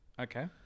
Okay